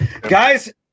Guys